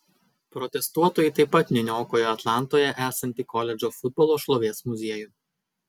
protestuotojai taip pat nuniokojo atlantoje esantį koledžo futbolo šlovės muziejų